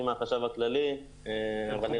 אני מהחשב הכללי --- מכובדי,